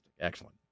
Excellent